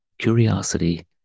curiosity